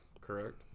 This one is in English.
correct